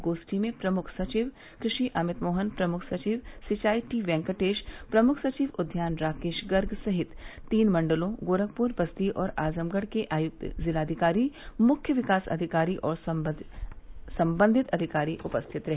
गोष्ठी में प्रमुख सचिव क्रषि अमित मोहन प्रमुख सचिव सिंचाई टी वेंकटेश प्रमुख सचिव उद्यान राकेश गर्ग सहित तीन मण्डलों गोरखपुर बस्ती और आजमगढ़ के आयुक्त जिलाधिकारी मुख्य विकास अधिकारी और संबंधित अधिकारी उपस्थित रहे